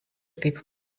kaip